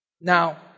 Now